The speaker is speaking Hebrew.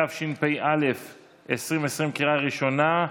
התשפ"א 2020, בקריאה ראשונה,